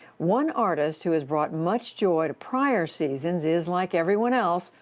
one artist who has brought much joy to prior seasons is, like everyone else,